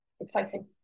Exciting